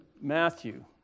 Matthew